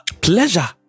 Pleasure